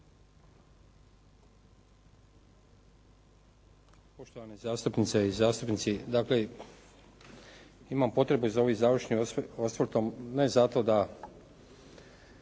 Poštovane zastupnice i zastupnici. Dakle, imam potrebu i za ovim završnim osvrtom ne zato da